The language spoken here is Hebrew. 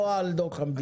לא על דוח מבקר המדינה.